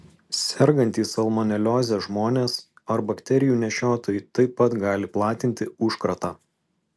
sergantys salmonelioze žmonės ar bakterijų nešiotojai taip pat gali platinti užkratą